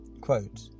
Quote